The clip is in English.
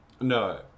No